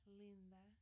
linda